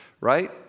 right